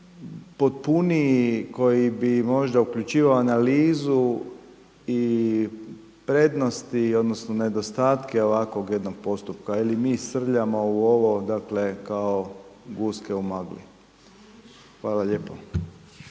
potpuniji, koji bi možda uključivao analizu i prednosti odnosno, nedostatke, ovakvog jednog postupka, ili mi srljamo u ovo kao guske u maglu? Hvala lijepo.